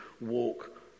walk